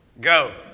Go